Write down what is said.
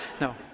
No